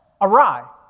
awry